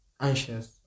anxious